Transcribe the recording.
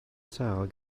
sâl